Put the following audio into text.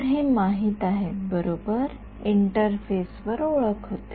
तर हे माहित आहेत बरोबर इंटरफेस वर ओळख होते